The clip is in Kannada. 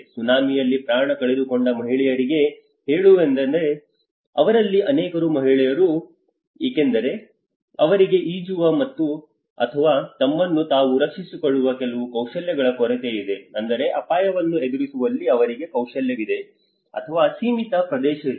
ಸುನಾಮಿಯಲ್ಲಿ ಪ್ರಾಣ ಕಳೆದುಕೊಂಡ ಮಹಿಳೆಯರಿಗೆ ಹೇಳೋಣವೆಂದರೆ ಅವರಲ್ಲಿ ಅನೇಕರು ಮಹಿಳೆಯರು ಏಕೆಂದರೆ ಅವರಿಗೆ ಈಜುವ ಅಥವಾ ತಮ್ಮನ್ನು ತಾವು ರಕ್ಷಿಸಿಕೊಳ್ಳುವ ಕೆಲವು ಕೌಶಲ್ಯಗಳ ಕೊರತೆಯಿದೆ ಅಂದರೆ ಅಪಾಯವನ್ನು ಎದುರಿಸುವಲ್ಲಿ ಅವರಿಗೆ ಕೌಶಲ್ಯವಿದೆ ಅಥವಾ ಸೀಮಿತ ಪ್ರವೇಶವಿದೆ